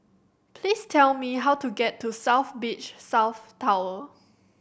please tell me how to get to South Beach South Tower